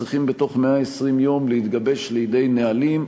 צריכים בתוך 120 יום להתגבש לידי נהלים.